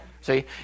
See